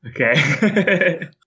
Okay